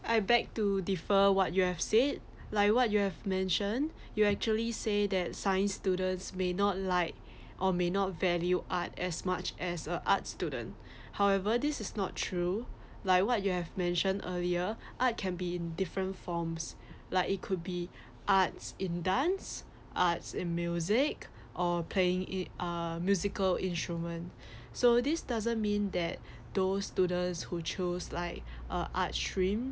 I beg to defer what you have said like what you have mention you actually say that science students may not like or may not value art as much as a art student however this is not true like what you have mentioned earlier art can be in different forms like it could be arts in dance arts in music or playing it uh musical instrument so this doesn't mean that those students who choose like uh art stream